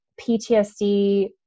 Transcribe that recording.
PTSD